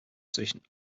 zwischen